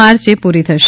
માર્ચે પૂરી થશે